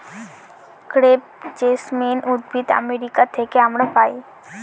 crepe jasmine উদ্ভিদ America থেকে আমরা পাই